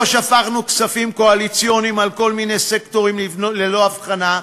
לא שפכנו כספים קואליציוניים על כל מיני סקטורים ללא הבחנה,